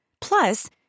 Plus